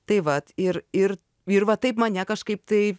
tai vat ir ir ir va taip mane kažkaip tai